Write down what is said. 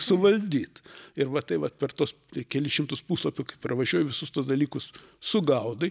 suvaldyt ir va tai vat per tuos kelis šimtus puslapių kai pravažiuoji visus tuos dalykus sugaudai